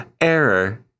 Error